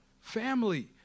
Family